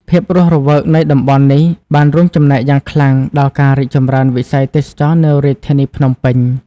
ភាពរស់រវើកនៃតំបន់នេះបានរួមចំណែកយ៉ាងខ្លាំងដល់ការរីកចម្រើនវិស័យទេសចរណ៍នៅរាជធានីភ្នំពេញ។